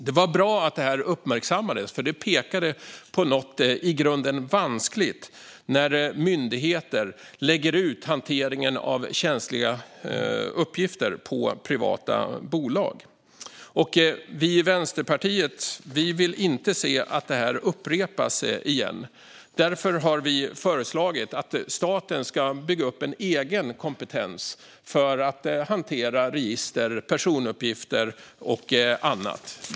Det var bra att detta uppmärksammades, för det pekade på något i grunden vanskligt när myndigheter lägger ut hanteringen av känsliga uppgifter på privata bolag. Vi i Vänsterpartiet vill inte se att detta upprepas. Därför har vi föreslagit att staten ska bygga upp en egen kompetens för att hantera register, personuppgifter och annat.